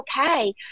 okay